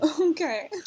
Okay